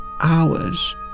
hours